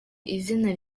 izina